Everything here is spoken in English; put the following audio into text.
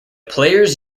players